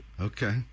Okay